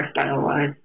style-wise